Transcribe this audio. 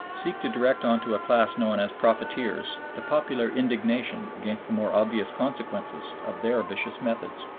seek to direct on to a class known as profiteers the popular indignation against the more obvious consequences of their vicious methods.